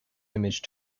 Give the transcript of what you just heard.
image